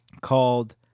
Called